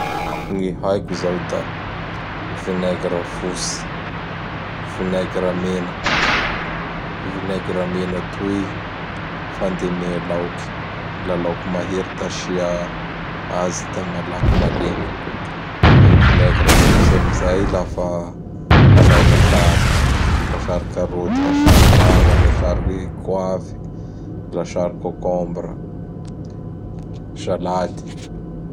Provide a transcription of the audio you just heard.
Gny haiko zao da: vinaigre fotsy, vinaigre mena. I vinaigre mena toy fendemea laoky, la laoky mahery da asia azy da malaky malemy; gn vinaigre fotsy amizay lafa hanao lasary. Lasary karôty, lasary manga, lasary goavy, lasary cocombra, salady.